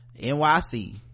NYC